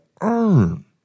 earn